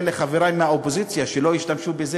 אני פונה לחברי מהאופוזיציה שלא ישתמשו בזה,